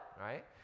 right